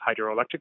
hydroelectric